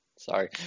Sorry